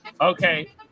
Okay